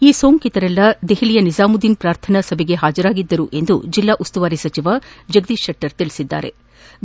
ಈ ಸೋಂಕಿತರು ದೆಪಲಿಯ ನಿಜಾಮದ್ಗೀನ್ ಪ್ರಾರ್ಥನಾ ಸಭೆಗೆ ಪಾಜರಾಗಿದ್ದರು ಎಂದು ಜಿಲ್ಡಾ ಉಸ್ತುವಾರಿ ಸಚಿವ ಜಗದೀಶ್ ಶೆಟ್ಲರ್ ಹೇಳದ್ದಾರೆ